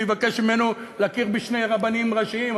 הוא יבקש ממנו להכיר בשני רבנים ראשיים,